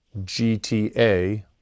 GTA